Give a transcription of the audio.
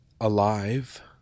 alive